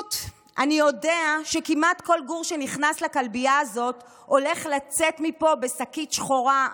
"אני יודע שכמעט כל גור שנכנס לכלבייה הזאת הולך לצאת מפה בשקית שחורה",